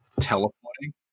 teleporting